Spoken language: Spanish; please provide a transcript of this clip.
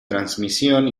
transmisión